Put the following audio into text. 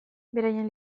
beraien